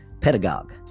Pedagogue